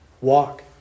walk